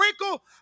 wrinkle